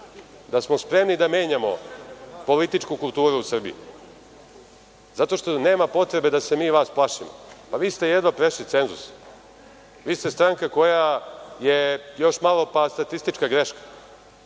da smo spremni da menjamo političku kulturu u Srbiji, zato što nema potrebe da se mi vas plašimo. Pa, vi ste jedva prešli cenzus. Vi ste stranka koja je još malo pa statistička greška.